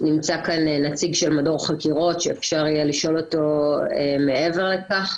נמצא כאן נציג של מדור חקירות שאפשר יהיה לשאול אותו מעבר לכך.